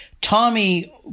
Tommy